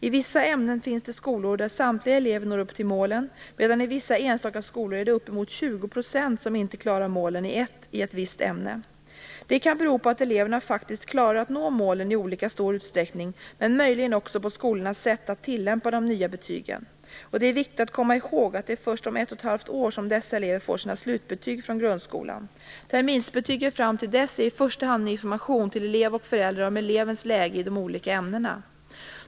I vissa ämnen finns det skolor där samtliga elever når upp till målen, medan det i vissa enstaka skolor är uppemot 20 % som inte klarar målen i ett visst ämne. Det kan bero på att eleverna faktiskt klarar att nå målen i olika stor utsträckning, men möjligen också på skolornas sätt att tillämpa de nya betygen. Det är viktigt att komma ihåg att det är först om ett och ett halvt år som dessa elever får sina slutbetyg från grundskolan. Terminsbetygen fram till dess är i första hand en information till elev och föräldrar om elevens läge i de olika ämnena.